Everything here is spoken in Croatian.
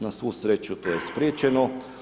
Na svu sreću to je spriječeno.